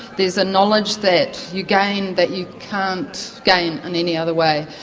there's a knowledge that you gain that you can't gain and any other way.